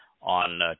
on